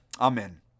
Amen